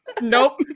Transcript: Nope